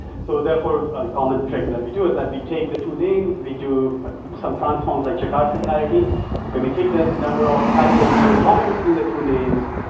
so therefore a common trait and that we do is that we take the two names, we do ah some transforms like your card similarity but we take the number of categories which are common between the two names.